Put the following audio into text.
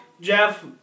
Jeff